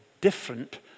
different